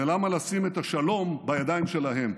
ולמה לשים את השלום בידיים שלהם?